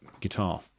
guitar